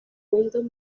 windows